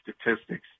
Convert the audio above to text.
statistics